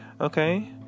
okay